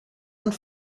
und